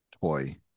toy